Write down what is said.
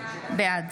בעד